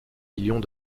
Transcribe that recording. millions